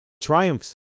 triumphs